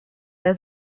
der